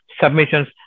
submissions